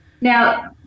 Now